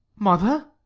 mother?